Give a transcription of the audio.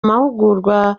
mahugurwa